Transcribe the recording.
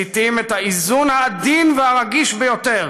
מסיטים את האיזון העדין והרגיש ביותר